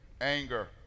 anger